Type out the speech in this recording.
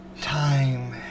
time